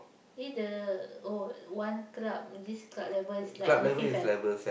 eh the oh one club this club level is like on the fifth eh